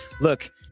look